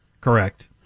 Correct